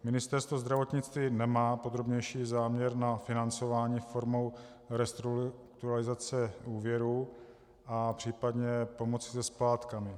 Ministerstvo zdravotnictví nemá podrobnější záměr na financování formou restrukturalizace úvěru a případně pomoci se splátkami.